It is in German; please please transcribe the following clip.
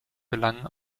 gelangen